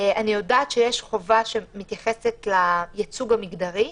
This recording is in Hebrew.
אני יודעת שיש חובה שמתייחסת לייצוג המגדרי.